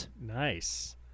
Nice